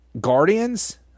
Guardians